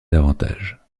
davantage